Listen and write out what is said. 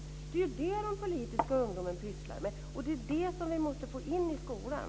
Det är det den politiska ungdomen pysslar med. Det är det som vi måste få in i skolan.